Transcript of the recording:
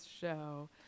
show